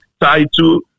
title